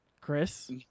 Chris